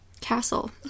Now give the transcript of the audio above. Castle